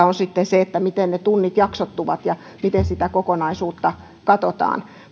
on sitten se miten ne tunnit jaksottuvat ja miten sitä kokonaisuutta katsotaan